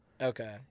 Okay